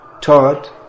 taught